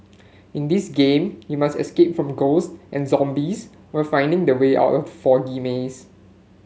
in this game you must escape from ghosts and zombies while finding the way out of foggy maze